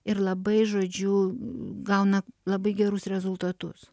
ir labai žodžiu gauna labai gerus rezultatus